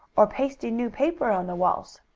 or pasting new paper on the walls.